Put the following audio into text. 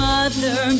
Mother